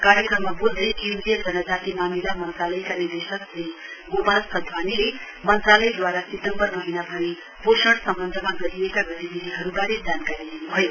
कार्यक्रममा बोल्दै केन्द्रीय जनजाति मामिला मन्त्रालयका निदेशक श्री गोपाल साधवानीले मन्त्रालयद्वारा सितम्बर महीनाभरि पोषण सम्वन्धमा गरिएका गतिविधिहरूबारे जानकारी दिन्भयो